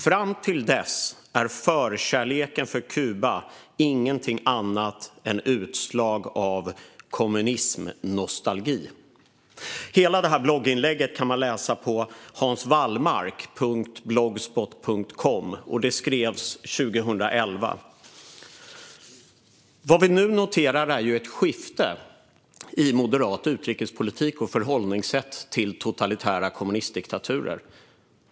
Fram till dess är förkärleken för Kuba inget annat än utslag av kommunismnostalgi!" Hela det här blogginlägget kan man läsa på Hanswallmark.blogspot.com, och det skrevs 2011. Vad vi nu noterar är ett skifte i moderat utrikespolitik och förhållningssätt till totalitära kommunistdiktaturer.